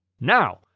Now